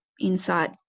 insight